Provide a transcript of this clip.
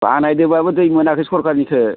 बानायदोंबाबो दै मोनाखै सरखारनिखो